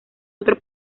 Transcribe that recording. otro